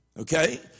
Okay